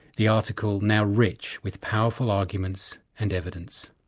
the article now rich with powerful arguments and evidence.